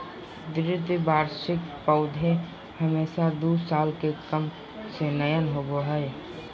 द्विवार्षिक पौधे हमेशा दू साल से कम में नयय होबो हइ